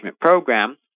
program